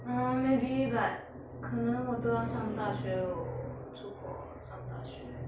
err maybe but 可能我都要上大学 loh 出国上大学